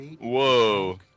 Whoa